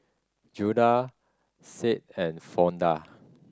Judah Sade and Fonda